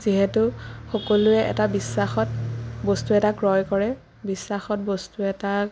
যিহেতু সকলোৱে এটা বিশ্বাসত বস্তু এটা ক্ৰয় কৰে বিশ্বাসত বস্তু এটা